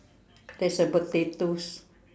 there's a potatoes